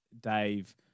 Dave